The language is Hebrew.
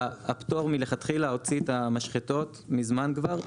הפטור מלכתחילה הוציא את המשחטות ממזמן כבר,